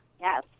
yes